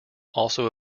also